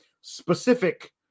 specific